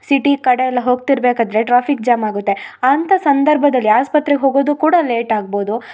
city ಕಡೆಯಲ್ಲಿ ಹೋಗ್ತಿರ್ಬೇಕಾದರೆ traffic jam ಆಗುತೆ ಅಂತ ಸಂದರ್ಭದಲ್ಲಿ ಆಸ್ಪತ್ರೆಗೆ ಹೋಗೋದು ಕೂಡ ಲೇಟ್ ಆಗ್ಬೋದು